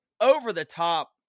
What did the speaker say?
over-the-top